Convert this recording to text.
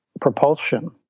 propulsion